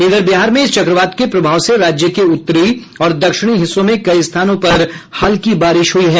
इधर बिहार में इस चक्रवात के प्रभाव से राज्य के उत्तरी और दक्षिणी हिस्सों में कई स्थानों पर हल्की बारिश हुई है